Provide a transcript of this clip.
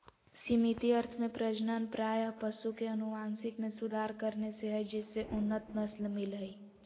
सीमित अर्थ में प्रजनन प्रायः पशु के अनुवांशिक मे सुधार करने से हई जिससे उन्नत नस्ल मिल हई